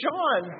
John